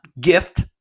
gift